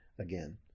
again